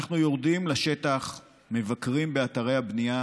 אנחנו יורדים לשטח, מבקרים באתרי הבנייה,